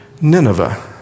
Nineveh